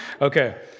Okay